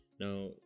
Now